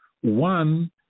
One